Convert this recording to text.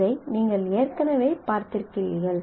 இதை நீங்கள் ஏற்கனவே பார்த்திருக்கிறீர்கள்